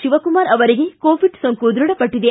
ಶಿವಕುಮಾರ್ ಅವರಿಗೆ ಕೋವಿಡ್ ಸೋಂಕು ದೃಢಪಟ್ಟದೆ